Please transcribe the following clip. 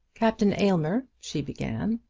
captain aylmer, she began.